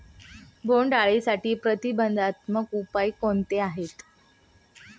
बोंडअळीसाठी प्रतिबंधात्मक उपाय कोणते आहेत?